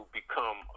become